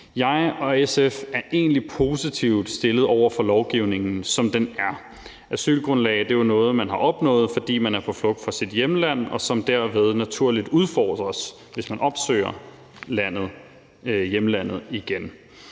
Jeg og SF er egentlig positivt indstillet over for lovgivningen, som den er. Asylgrundlag er jo noget, man har opnået, fordi man er på flugt fra sit hjemland, og som derved naturligt udfordres, hvis man opsøger hjemlandet igen.